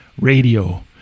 Radio